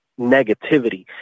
negativity